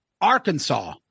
Arkansas